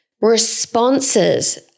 responses